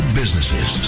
businesses